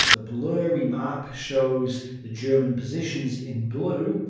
the blurry map shows the german positions in blue.